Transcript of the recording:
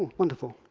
wonderful.